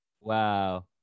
Wow